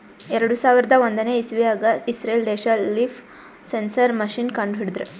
ಎರಡು ಸಾವಿರದ್ ಒಂದನೇ ಇಸವ್ಯಾಗ್ ಇಸ್ರೇಲ್ ದೇಶ್ ಲೀಫ್ ಸೆನ್ಸರ್ ಮಷೀನ್ ಕಂಡು ಹಿಡದ್ರ